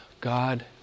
God